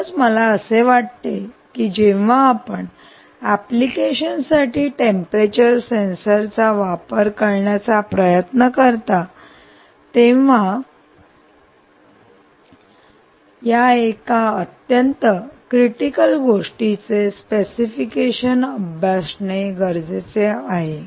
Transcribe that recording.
म्हणूनच मला असे वाटते की जेव्हा आपण वेगवेगळ्या एप्लिकेशन साठी टेंपरेचर सेन्सर चा वापर करण्याचा प्रयत्न करता तेव्हा या एका अत्यंत क्रिटिकल गोष्टीचे स्पेसिफिकेशन अभ्यासणे गरजेचे आहे